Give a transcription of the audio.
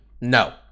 No